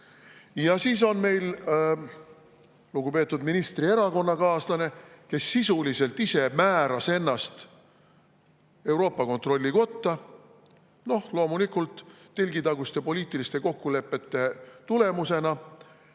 Ja siis on meil lugupeetud ministri erakonnakaaslane, kes sisuliselt ise määras ennast Euroopa Kontrollikotta, loomulikult telgitaguste poliitiliste kokkulepete tulemusena,